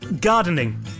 gardening